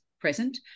present